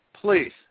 Please